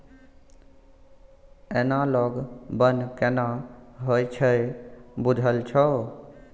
Analogue बन्न केना होए छै बुझल छौ?